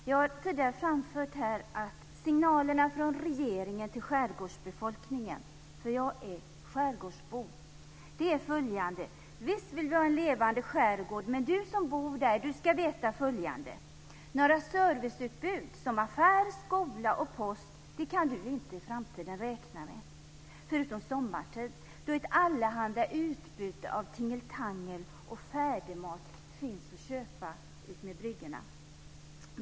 Jag har tidigare framfört att signalerna från regeringen till skärgårdsbefolkningen - för jag är skärgårdsbo - är detta: Visst vill vi ha en levande skärgård, men du som bor där ska veta följande: Något serviceutbud som affär, skola och post kan du i framtiden inte räkna med - förutom sommartid, då ett utbud av allehanda tingeltangel och färdigmat finns att köpa utmed bryggorna.